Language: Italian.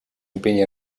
impegni